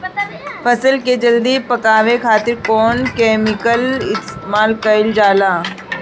फल के जल्दी पकावे खातिर कौन केमिकल इस्तेमाल कईल जाला?